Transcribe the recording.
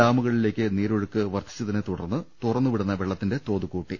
ഡാമുകളിലേക്ക് നീരൊഴിക്ക് വർദ്ധിച്ച തിനെ തുടർന്ന് തുറന്നുവിടുന്ന വെള്ളത്തിന്റെ തോത് കൂട്ടി